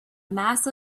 mass